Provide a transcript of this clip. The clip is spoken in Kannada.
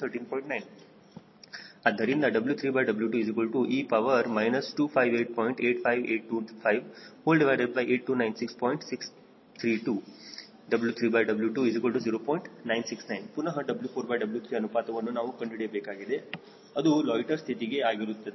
969 ಪುನಹ W4W3 ಅನುಪಾತವನ್ನು ನಾವು ಕಂಡುಹಿಡಿಯಬೇಕಾಗಿದೆ ಅದು ಲೊಯ್ಟ್ಟೆರ್ ಸ್ಥಿತಿಗೆ ಆಗಿರುತ್ತದೆ